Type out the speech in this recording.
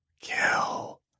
kill